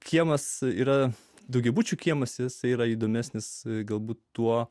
kiemas yra daugiabučių kiemus jis yra įdomesnis galbūt tuo